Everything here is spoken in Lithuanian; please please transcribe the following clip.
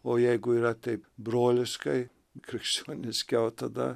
o jeigu yra taip broliškai krikščioniškiau tada